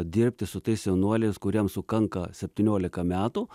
dirbti su tais jaunuoliais kuriem sukanka septyniolika metų